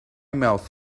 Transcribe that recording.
mouth